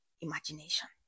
imagination